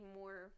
more